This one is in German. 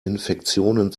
infektionen